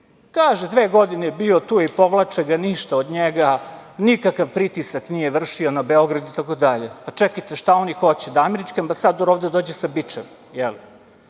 Kaže – dve godine je bio tu i povlače ga, ništa od njega, nikakav pritisak nije vršio na Beograd itd. Čekajte, šta oni hoće? Da američki ambasador ovde dođe sa bičem